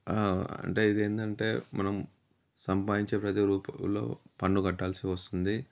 అంటే ఇదేంటంటే మనం సంపాదించే ప్రతీ రూపాయలో పన్ను కట్టాల్సి వస్తుంది